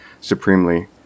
supremely